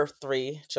three